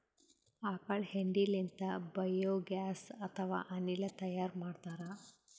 ಆಕಳ್ ಹೆಂಡಿ ಲಿಂತ್ ಬಯೋಗ್ಯಾಸ್ ಅಥವಾ ಅನಿಲ್ ತೈಯಾರ್ ಮಾಡ್ತಾರ್